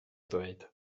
ddweud